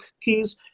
keys